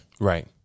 Right